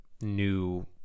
new